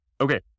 okay